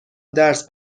درس